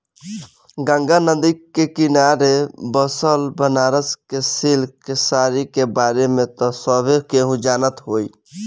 गंगा नदी के किनारे बसल बनारस के सिल्क के साड़ी के बारे में त सभे केहू जानत होई